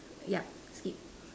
yup skip